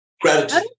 Gratitude